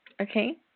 Okay